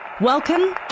Welcome